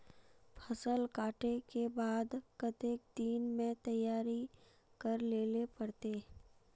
फसल कांटे के बाद कते दिन में तैयारी कर लेले पड़ते?